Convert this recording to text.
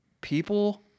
People